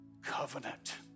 covenant